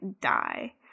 die